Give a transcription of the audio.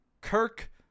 Kirk